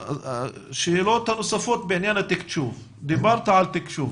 השאלות הנוספות בעניין התקשוב, דיברת על תקשוב.